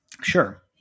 Sure